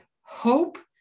hope